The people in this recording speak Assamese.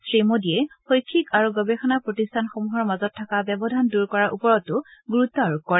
শ্ৰী মোডীয়ে শৈক্ষিক আৰু গৱেষণা প্ৰতিষ্ঠানসমূহৰ মাজত থকা ব্যৱধান দূৰ কৰাৰ ওপৰতো গুৰুত্ আৰোপ কৰে